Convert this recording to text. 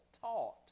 taught